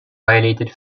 violated